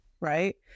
Right